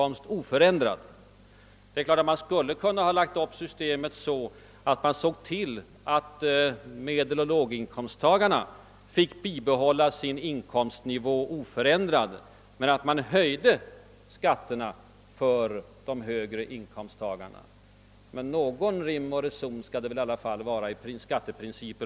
Men det är klart, att man skulle ha kunnat lägga upp systemet så, att man såge till att bara medeloch låginkomsttagarna fick behålla inkomstnivån oförändrad medan man lät den nuvarande skattebelastningen för de högre inkomsttagarna automatiskt stiga. Vi har föreslagit en spärrgräns. Men någon rim och reson skall det väl i alla fall vara också i fråga om skatteprinciper.